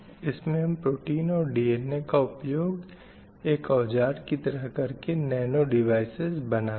इसमें हम प्रोटीन और DNA का उपयोग एक औज़ार की तरह कर के नैनो डिवाइसेज़ बना सकते हैं